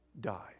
die